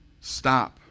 stop